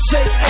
Take